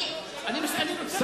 אני מבקש ממך: אתה מפר הסכמה אתי.